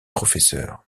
professeurs